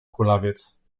kulawiec